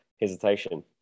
hesitation